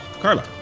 Carla